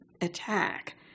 attack